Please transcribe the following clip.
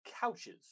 Couches